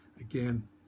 again